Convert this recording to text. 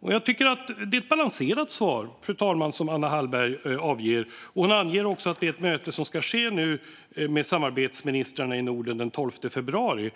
Jag tycker att det är ett balanserat svar, fru talman, som Anna Hallberg avger. Hon anger också att ett möte med samarbetsministrarna i Norden ska ske den 12 februari.